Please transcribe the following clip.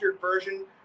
version